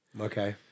Okay